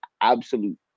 absolute